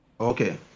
okay